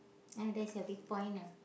ya that's your weak point ah